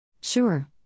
Sure